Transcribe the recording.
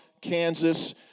Kansas